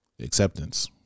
acceptance